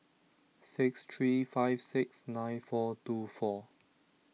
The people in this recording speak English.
six three five six nine four two four